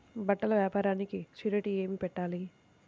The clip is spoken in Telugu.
బట్టల వ్యాపారానికి షూరిటీ ఏమి పెట్టాలి?